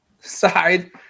side